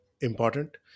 important